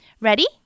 Ready